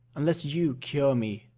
unless you cure me,